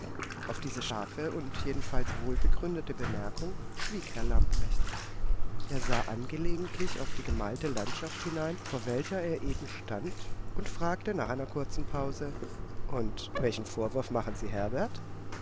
auf diese scharfe und jedenfalls wohlbegründete bemerkung schwieg herr lamprecht er sah angelegentlich in die gemalte landschaft hinein vor welcher er eben stand und fragte nach einer kurzen pause und welchen vorwurf machen sie herbert